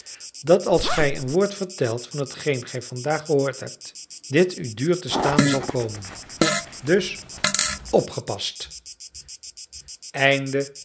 dat als gij een woord vertelt van hetgeen gij vandaag gehoord hebt dit u duur te staan zal komen dus opgepast